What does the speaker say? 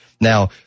Now